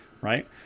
right